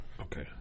Okay